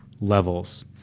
levels